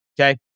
Okay